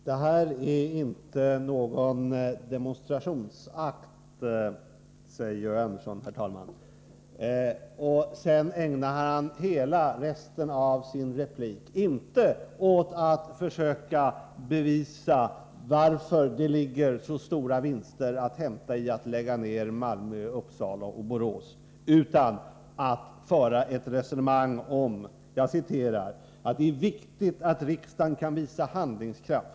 Herr talman! Det här är inte någon demonstrationsakt, säger Georg Andersson. Sedan ägnar han hela resten av sin replik inte åt att försöka bevisa varför det finns så stora vinster att hämta i att lägga ner i Malmö, Uppsala och Borås utan åt att föra ett resonemang om att det är viktigt att riksdagen kan visa handlingskraft.